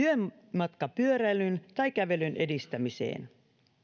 työmatkapyöräilyn tai kävelyn edistämiseen